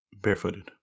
barefooted